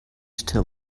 till